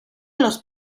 los